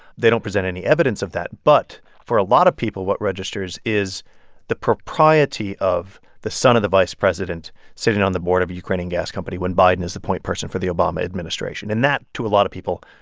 they don't present any evidence of that. but for a lot of people, what registers is the propriety of the son of the vice president sitting on the board of a ukrainian gas company when biden is the point person for the obama administration. and that, to a lot of people,